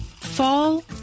Fall